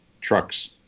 trucks